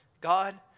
God